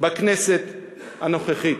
בכנסת הנוכחית.